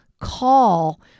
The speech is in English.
Call